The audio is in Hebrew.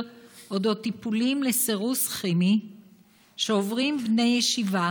על אודות טיפולים לסירוס כימי שעוברים בני ישיבה,